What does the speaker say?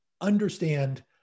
understand